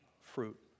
fruit